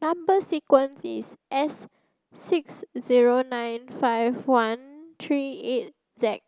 number sequence is S six zero nine five one three eight Z